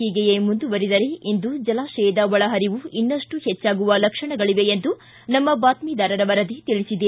ಹೀಗೆಯೇ ಮುಂದುವರಿದರೆ ಇಂದು ಜಲಾಶಯದ ಒಳಹರಿವು ಇನ್ನಷ್ಟು ಹೆಚ್ಚಾಗುವ ಲಕ್ಷಣಗಳಿವೆ ಎಂದು ನಮ್ನ ಬಾತ್ಸಿದಾರರ ವರದಿ ತಿಳಿಸಿದೆ